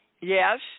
Yes